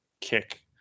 kick